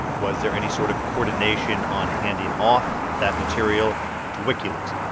was there any sort of coordination on handing off that material to wikileaks?